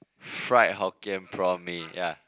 fried hokkien prawn mee ya